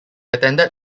attended